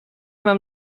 mam